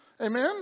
Amen